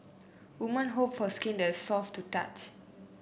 woman hope for skin that is soft to touch